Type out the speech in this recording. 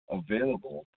available